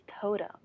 Totem